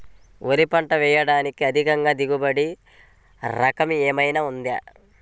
వరి పంట వేయటానికి అధిక దిగుబడి రకం ఏమయినా ఉందా?